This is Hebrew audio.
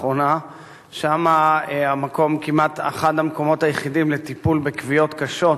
ושם זה אחד המקומות היחידים לטיפול בכוויות קשות,